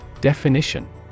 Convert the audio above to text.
Definition